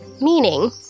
Meaning